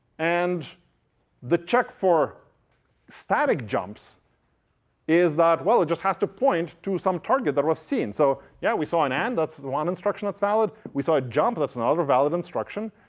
and the check for static jumps is that, well, it just has to point to some target that was seen. so yeah, we saw an and. that's one instruction that's valid. we saw a jump, that's another valid instruction.